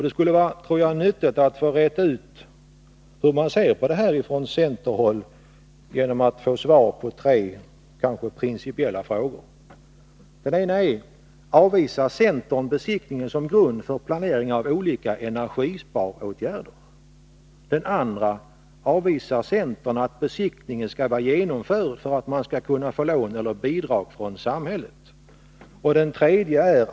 Det skulle, tror jag, vara nyttigt att få veta hur man från centerhåll ser på det här genom att få svar på tre principiella frågor: - Awvisar centern besiktningen som grund för planering av olika energisparåtgärder? — Avvisar centern tanken att besiktningen skall vara genomförd för att man skall få lån eller bidrag från samhället?